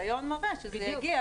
הניסיון מראה שזה יגיע